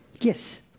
Yes